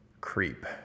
creep